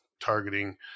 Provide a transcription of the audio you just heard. targeting